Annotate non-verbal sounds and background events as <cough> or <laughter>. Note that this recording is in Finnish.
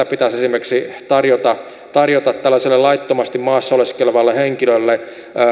<unintelligible> pitäisi esimerkiksi tarjota tarjota tällaiselle laittomasti maassa oleskelevalle henkilölle